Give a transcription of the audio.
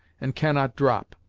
and cannot drop.